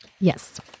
yes